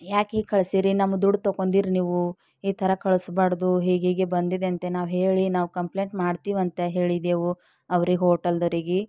ಏಕೆ ಹೀಗೆ ಕಳ್ಸೀರಿ ನಮ್ಮ ದುಡ್ಡು ತಕೊಂಡೀರಿ ನೀವು ಈ ಥರ ಕಳಿಸ್ಬಾರ್ದು ಹೀಗೀಗೆ ಬಂದಿದೆ ಅಂತ ನಾವು ಹೇಳಿ ನಾವು ಕಂಪ್ಲೇಂಟ್ ಮಾಡ್ತೀವಿ ಅಂತ ಹೇಳಿದೆವು ಅವ್ರಿಗೆ ಹೋಟಲ್ದವ್ರಿಗೆ